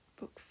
book